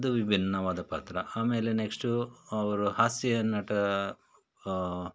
ಅದು ವಿಭಿನ್ನವಾದ ಪಾತ್ರ ಆಮೇಲೆ ನೆಕ್ಸ್ಟು ಅವ್ರು ಹಾಸ್ಯ ನಟ